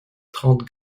trente